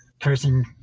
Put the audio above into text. person